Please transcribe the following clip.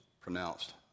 pronounced